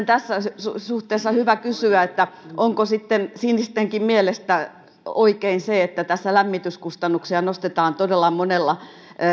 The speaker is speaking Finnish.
tässä suhteessa hyvä kysyä onko sitten sinistenkin mielestä oikein se että tässä lämmityskustannuksia nostetaan todella monella